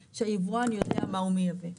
שהיבואן יודע מה הוא מייבא.